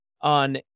on